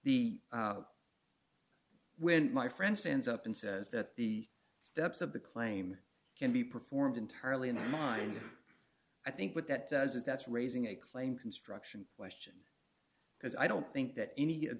the when my friend stands up and says that the steps of the claim can be performed entirely in the mind i think what that does is that's raising a claim construction question because i don't think that any of